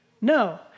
No